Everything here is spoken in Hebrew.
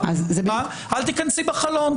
אל תיכנסי בחלון.